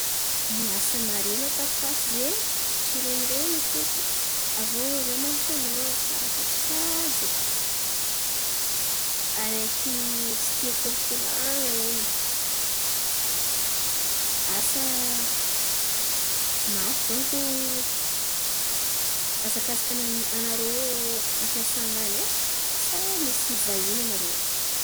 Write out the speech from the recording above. Niasa mare anao tatotato ze e tsy renireny feky. Aviô za mahita anao karà kajokajo araiky tsy tia korkoran̈a in̈y. Asa mafy donko azakazakany narô am-piasan̈a any e sa misy vahiny anarô ao?